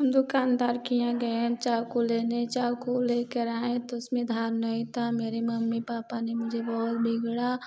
हम दुकानदार के यहाँ गए चाकू लेने चाकू लेकर आए तो उसमे धार नहीं था मेरे मम्मी पापा ने मुझे बहुत बिगड़ा